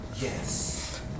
Yes